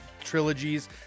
trilogies